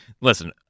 listen –